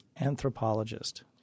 anthropologist